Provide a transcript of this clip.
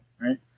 right